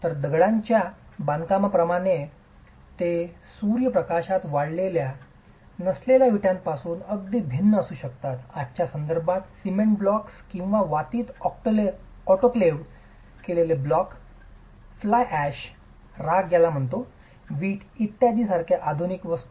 तर दगडांच्या दगडी बांधकामाप्रमाणे ते सूर्यप्रकाशात वाळलेल्या नसलेल्या विटापासून अगदी भिन्न असू शकतात आणि आजच्या संदर्भात सिमेंट ब्लॉक्स किंवा वातीत ऑटोक्लेव्ह केलेले ब्लॉक फ्लाय राख विट इत्यादीसारख्या आधुनिक वस्तू